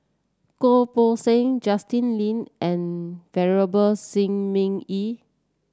Goh Poh Seng Justin Lean and Venerable Shi Ming Yi